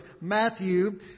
Matthew